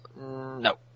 No